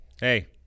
Hey